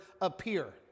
appear